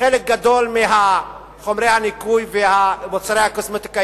חלק גדול מחומרי הניקוי ומוצרי הקוסמטיקה,